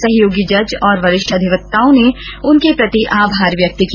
सहयोगी जज और वरिष्ठ अधिवक्ताओं ने उनके प्रति आभार व्यक्त किया